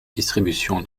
distribution